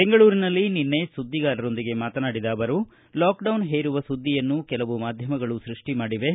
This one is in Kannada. ಬೆಂಗಳೂರಿನಲ್ಲಿ ನಿನ್ನೆ ಸುದ್ದಿಗಾರರೊಂದಿಗೆ ಮಾತನಾಡಿದ ಅವರು ಲಾಕ್ಡೌನ್ ಹೇರುವ ಸುದ್ದಿಯನ್ನು ಕೆಲವು ಮಾಧ್ಯಮಗಳು ಸೃಷ್ಟಿ ಮಾಡಿವೆ